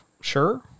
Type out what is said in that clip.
Sure